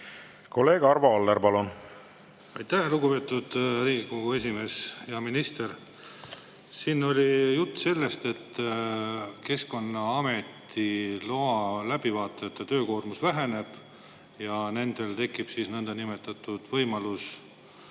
Kolleeg Arvo Aller, palun! Aitäh, lugupeetud Riigikogu esimees! Hea minister! Siin oli jutt sellest, et Keskkonnaametis lubade läbivaatajate töökoormus väheneb ja nendel tekib niinimetatud võimalus